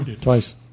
Twice